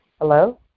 Hello